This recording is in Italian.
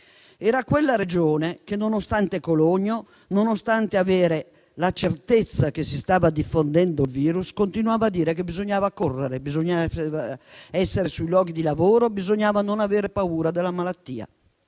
Quella Regione, nonostante Codogno, nonostante si avesse la certezza che si stava diffondendo il virus, continuava a dire che bisognava correre, essere sui luoghi di lavoro e non avere paura della malattia.